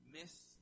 miss